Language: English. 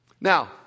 Now